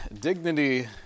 Dignity